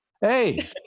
hey